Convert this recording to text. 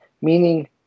Meaning